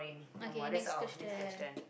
okay next question